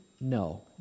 No